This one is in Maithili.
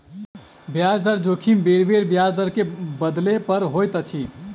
ब्याज दर जोखिम बेरबेर ब्याज दर के बदलै पर होइत अछि